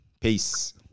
Peace